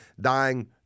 dying